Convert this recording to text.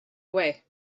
away